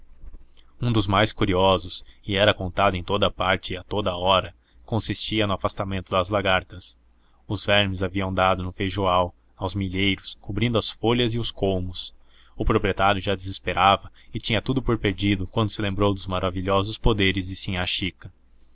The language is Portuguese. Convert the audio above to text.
um dos mais curiosos e era contado em toda a parte e a toda a hora consistia no afastamento das lagartas os vermes haviam dado num feijoal aos milheiros cobrindo as folhas e os colmos o proprietário já desesperava e tinha tudo por perdido quando se lembrou dos maravilhosos poderes de sinhá chica